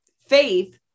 faith